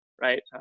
right